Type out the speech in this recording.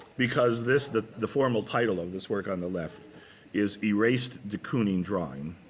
because this the the formal title of this work on the left is erased de kooning drawing